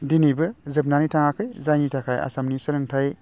दिनैबो जोबनानै थाङाखै जायनि थाखाय आसामनि सोलोंथाइ